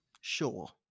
sure